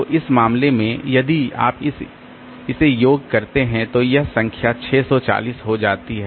तो इस मामले में यदि आप इसे योग करते हैं तो यह संख्या 640 हो जाती है